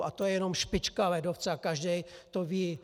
A to je jenom špička ledovce a každý to ví.